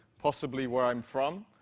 possibly where i'm from,